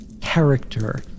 character